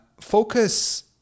focus